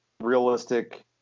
realistic